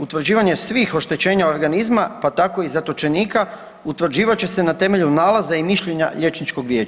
Utvrđivanje svih oštećenje organizma pa tako i zatočenika utvrđivat će se na temelju nalaza i mišljenja liječničkog vijeća.